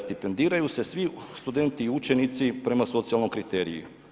Stipendiraju se svi studenti i učenici prema socijalnom kriteriju.